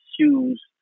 shoes